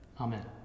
Amen